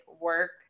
work